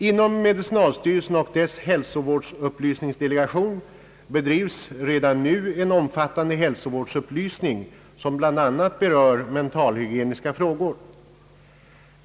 Inom medicinalstyrelsen och dess hälsovårdsupplysningsdelegation bedrivs redan nu en omfattande hälsovårdsupplysning som bl.a. berör mentalhygie niska frågor.